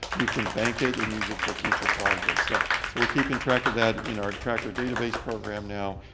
you can bank it and use it for future projects. so we're keeping track of that in our tracker database program now.